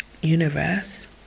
universe